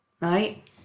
right